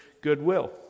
goodwill